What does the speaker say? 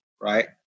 right